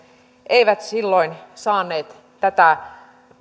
eivät silloin saaneet tätä